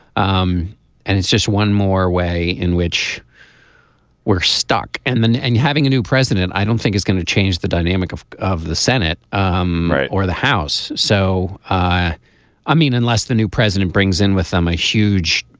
um and it's just one more way in which we're stuck and then and having a new president i don't think is going to change the dynamic of of the senate um or or the house. so i i mean unless the new president brings in with them a huge